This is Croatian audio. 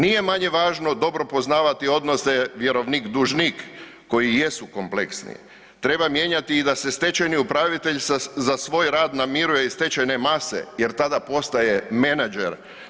Nije manje važno dobro poznavati odnose vjerovnik-dužnik koji jesu kompleksni, treba mijenjati i da se stečajni upravitelj za svoj rad namiruje iz stečajne mase jer tada postaje menadžer.